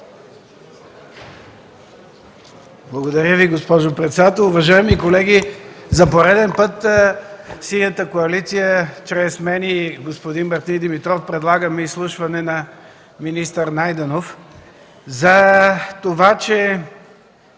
Благодаря Ви, госпожо председател.